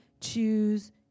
choose